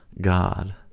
God